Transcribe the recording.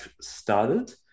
started